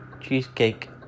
cheesecake